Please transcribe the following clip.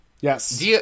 Yes